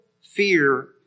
fear